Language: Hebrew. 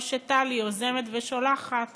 או שטלי יוזמת ושולחת